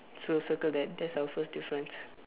so circle that that's our first difference